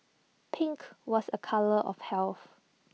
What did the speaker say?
pink was A colour of health